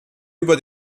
über